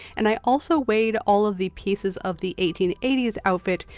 and i also weighed all of the pieces of the eighteen eighty s outfit,